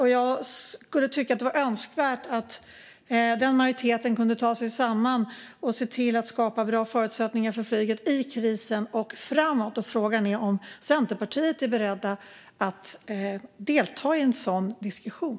Det skulle vara önskvärt att den majoriteten kunde ta sig samman och skapa bra förutsättningar för flyget i krisen och framöver. Frågan är om Centerpartiet är berett att delta i en sådan diskussion.